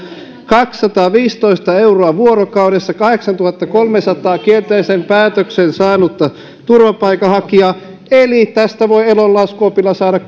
kaksisataaviisitoista euroa vuorokaudessa kahdeksantuhannenkolmensadan kielteisen päätöksen saanutta turvapaikanhakijaa eli tästä voi elon laskuopilla saada